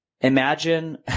imagine